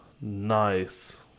nice